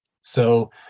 So-